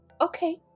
Okay